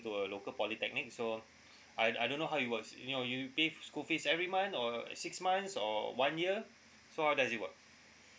into a local polytechnic so I I don't know how it works you know you pay school fees every month or six months or one year so how does it work